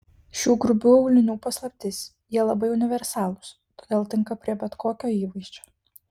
šių grubių aulinių paslaptis jie labai universalūs todėl tinka prie bet kokio įvaizdžio